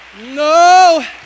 No